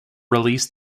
released